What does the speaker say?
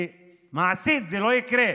כי מעשית זה לא יקרה.